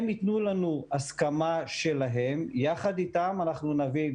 הם ייתנו לנו הסכמה שלהם ויחד אתם אנחנו נביא את